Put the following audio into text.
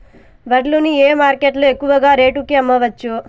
వడ్లు ని ఏ మార్కెట్ లో ఎక్కువగా రేటు కి అమ్మవచ్చు?